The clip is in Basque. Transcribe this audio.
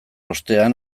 ostean